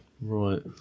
right